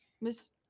Miss